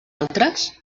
altres